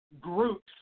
groups